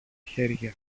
χέρια